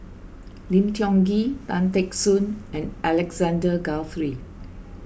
Lim Tiong Ghee Tan Teck Soon and Alexander Guthrie